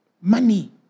money